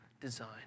design